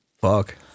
Fuck